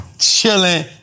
Chilling